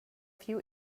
few